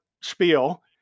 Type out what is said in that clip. spiel